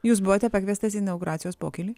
jūs buvote pakviestas į inauguracijos pokylį